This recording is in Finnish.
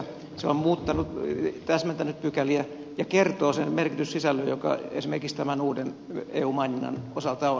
se on muuttanut täsmentänyt pykäliä ja kertoo sen merkityssisällön joka esimerkiksi tämän uuden eu maininnan osalta on